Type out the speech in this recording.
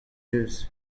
deus